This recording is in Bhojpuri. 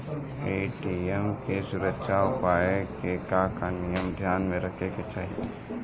ए.टी.एम के सुरक्षा उपाय के का का नियम ध्यान में रखे के चाहीं?